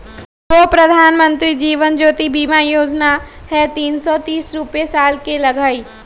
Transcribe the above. गो प्रधानमंत्री जीवन ज्योति बीमा योजना है तीन सौ तीस रुपए साल में लगहई?